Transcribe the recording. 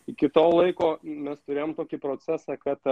iki to laiko mes turėjom tokį procesą kad